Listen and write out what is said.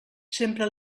sempre